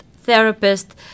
therapist